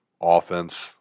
offense